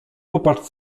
popatrz